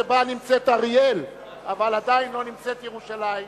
שבו נמצאת אריאל אבל עדיין לא נמצאת ירושלים,